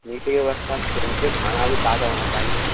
मीठे की व्यवस्था खाना भी ताजा होना चाहिए